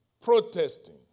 protesting